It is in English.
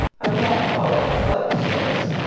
i won't call it a slight service,